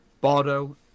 Bardo